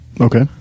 Okay